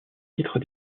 titre